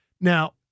Now